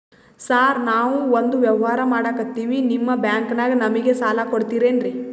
Sir ನಾವು ಒಂದು ವ್ಯವಹಾರ ಮಾಡಕ್ತಿವಿ ನಿಮ್ಮ ಬ್ಯಾಂಕನಾಗ ನಮಿಗೆ ಸಾಲ ಕೊಡ್ತಿರೇನ್ರಿ?